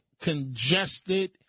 congested